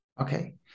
Okay